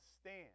stand